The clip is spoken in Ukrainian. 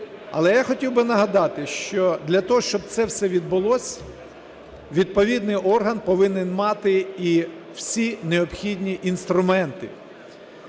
Але я хотів би нагадати, що для того, щоб це все відбулось, відповідний орган повинен мати і всі необхідні інструменти.